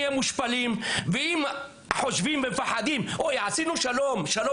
אם מפחדים שירדן